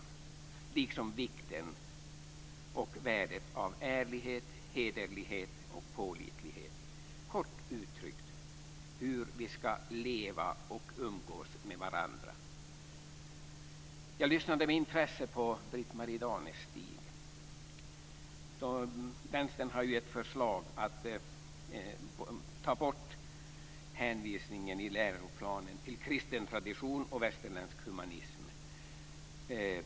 Detsamma gäller vikten och värdet av ärlighet, hederlighet och pålitlighet. Det handlar kort uttryckt om hur vi ska leva och umgås med varandra. Jag lyssnade med intresse på Britt-Marie Danestig. Vänstern har ju ett förslag om att ta bort hänvisningen i läroplanen till kristen tradition och västerländsk humanism.